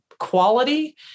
quality